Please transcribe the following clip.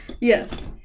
Yes